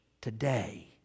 today